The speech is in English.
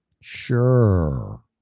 sure